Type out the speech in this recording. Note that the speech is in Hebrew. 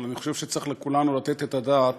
אבל אני חושב שכולנו צריכים לתת את הדעת